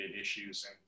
issues